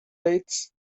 bates